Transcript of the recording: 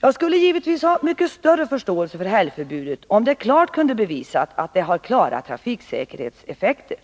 Jag skulle givetvis ha mycket större förståelse för helgförbudet, om det klart kunde bevisas att det har klara trafiksäkerhetseffekter.